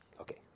Okay